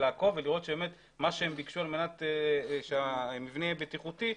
לעקוב ולראות שמה שבקשו על מנת שהמבנה יהיה בטיחותי,